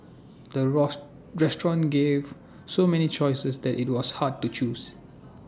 the restaurant gave so many choices that IT was hard to choose